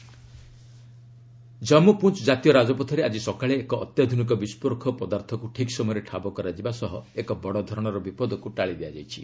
JK IED Jammu Poonch କାତୀୟ ରାଜପଥରେ ଆଜି ସକାଳେ ଏକ ଅତ୍ୟାଧୁନିକ ବିସ୍ଫୋରକ ପଦାର୍ଥକୁ ଠିକ୍ ସମୟରେ ଠାବ କରାଯିବା ସହ ଏକ ବଡ଼ ଧରଣର ବିପଦକୁ ଟାଳି ଦିଆଯାଇଛି